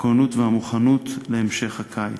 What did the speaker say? הכוננות והמוכנות להמשך הקיץ.